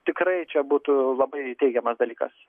tikrai čia būtų labai teigiamas dalykas